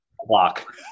clock